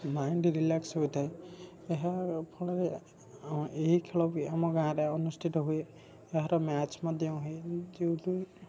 mind relax ହୋଇଥାଏ ଏହାଫଳରେ ଏହି ଖେଳ ବି ଆମ ଗାଁରେ ଅନୁଷ୍ଠିତ ହୁଏ ଏହାର ମ୍ୟାଚ୍ ମଧ୍ୟ ହୁଏ ଯେଉଁଠି